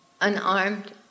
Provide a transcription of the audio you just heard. unarmed